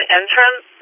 entrance